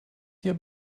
hier